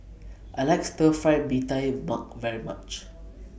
I like Stir Fried Mee Tai Mak very much